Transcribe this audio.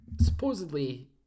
supposedly